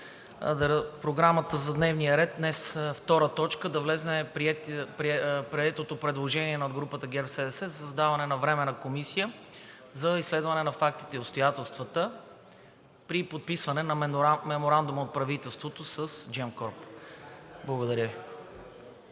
Програмата за дневния ред днес като втора точка да влезе приетото предложение на групата ГЕРБ-СДС за създаване на Временна комисия за изследване на фактите и обстоятелствата при подписване на Меморандум от правителството с Gеmcorp. Благодаря Ви.